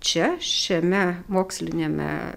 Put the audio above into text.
čia šiame moksliniame